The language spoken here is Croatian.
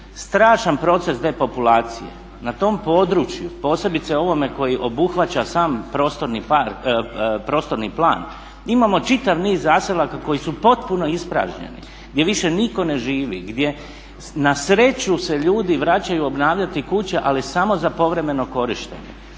strašan proces depopulacije. Na tom području, posebice ovome koji obuhvaća sam prostorni plan imamo čitav niz zaselaka koji su potpuno ispražnjeni gdje više nitko ne živi gdje na sreću se ljudi vraćaju obnavljati kuće ali samo za povremeno korištenje.